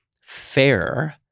fair